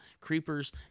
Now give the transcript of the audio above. creepers